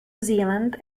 zealand